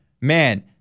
man